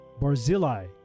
Barzillai